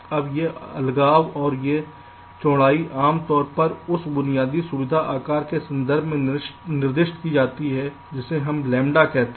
अब ये अलगाव और ये चौड़ाई आम तौर पर उस बुनियादी सुविधा आकार के संदर्भ में निर्दिष्ट की जाती है जिसे हम लैम्ब्डा कहते हैं